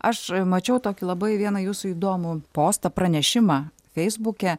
aš mačiau tokį labai vieną jūsų įdomų postą pranešimą feisbuke